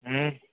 હા